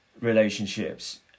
relationships